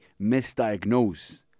misdiagnose